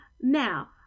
Now